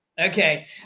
Okay